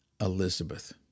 Elizabeth